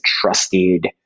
trusted